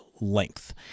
length